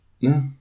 No